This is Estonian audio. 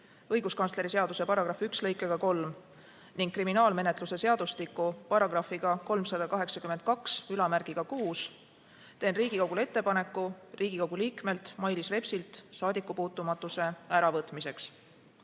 õiguskantsleri seaduse § 1 lõikega 3 ning kriminaalmenetluse seadustiku §‑ga 3826teen Riigikogule ettepaneku Riigikogu liikmelt Mailis Repsilt saadikupuutumatuse äravõtmiseks.